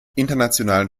internationalen